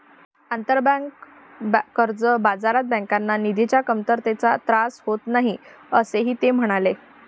आंतरबँक कर्ज बाजारात बँकांना निधीच्या कमतरतेचा त्रास होत नाही, असेही ते म्हणाले